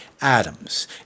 atoms